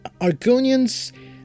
Argonians